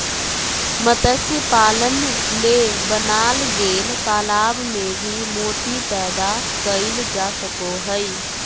मत्स्य पालन ले बनाल गेल तालाब में भी मोती पैदा कइल जा सको हइ